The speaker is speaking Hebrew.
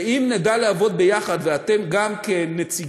ואם נדע לעבוד ביחד, ואתם גם כנציגים